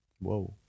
Whoa